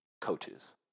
coaches